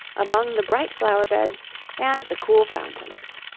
among the bright flower-beds and the cool fountains.